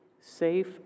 safe